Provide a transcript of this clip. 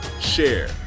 share